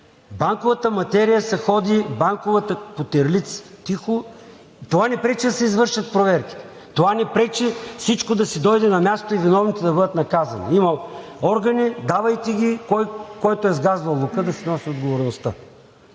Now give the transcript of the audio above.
банковата материя се ходи по терлици, тихо. Това не пречи да се извършат проверките, това не пречи всичко да си дойде на мястото и виновните да бъдат наказани. Има органи, давайте ги! Който е сгазвал лука, да си носи отговорността!